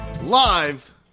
live